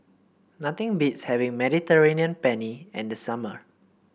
nothing beats having Mediterranean Penne in the summer